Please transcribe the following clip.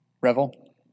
Revel